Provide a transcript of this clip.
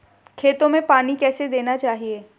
खेतों में पानी कैसे देना चाहिए?